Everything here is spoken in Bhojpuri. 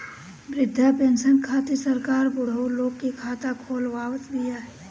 वृद्धा पेंसन खातिर सरकार बुढ़उ लोग के खाता खोलवावत बिया